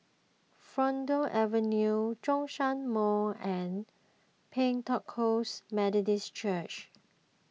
Fulton Avenue Zhongshan Mall and Pentecost Methodist Church